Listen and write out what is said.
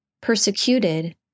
persecuted